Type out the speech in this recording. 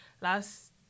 last